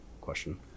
question